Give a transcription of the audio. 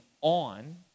on